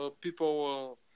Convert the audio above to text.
people